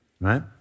right